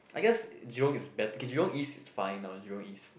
I guess Jurong is bet~ k Jurong East is fine uh Jurong East